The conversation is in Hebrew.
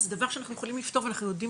זה דבר שאנחנו יכולים לפתור ואנחנו יודעים